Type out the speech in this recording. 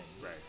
right